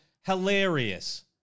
hilarious